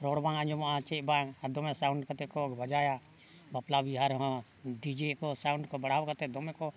ᱨᱚᱲ ᱵᱟᱝ ᱟᱸᱡᱚᱢᱚᱜᱼᱟ ᱪᱮᱫ ᱵᱟᱝ ᱟᱨ ᱫᱚᱢᱮ ᱥᱟᱣᱩᱱᱰ ᱠᱟᱛᱮ ᱠᱚ ᱵᱟᱡᱟᱣᱟ ᱵᱟᱯᱞᱟ ᱵᱤᱦᱟᱹ ᱨᱮᱦᱚᱸ ᱰᱤᱡᱮ ᱠᱚ ᱥᱟᱣᱩᱱᱰ ᱠᱚ ᱵᱟᱲᱦᱟᱣ ᱠᱟᱛᱮ ᱫᱚᱢᱮ ᱠᱚ